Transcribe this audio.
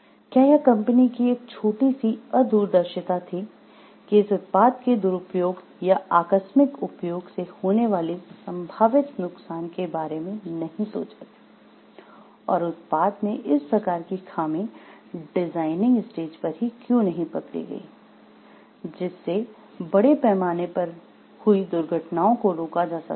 क्या यह कंपनी की एक छोटी सी अदूरदर्शिता थी कि इस उत्पाद के दुरुपयोग या आकस्मिक उपयोग से होने वाले संभावित नुकसान के बारे में नहीं सोचा और उत्पाद में इस प्रकार की खामी डिजाइनिंग स्टेज पर ही क्यों नहीं पकड़ी गई जिससे बड़े पैमाने पर हुई दुर्घटनाओं को रोका जा सकता था